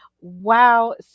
Wow